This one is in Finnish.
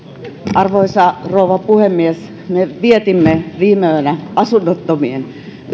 arvoisa rouva puhemies me vietimme viime yönä asunnottomien